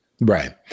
Right